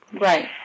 Right